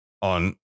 on